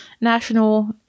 national